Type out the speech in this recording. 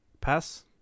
pass